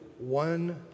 one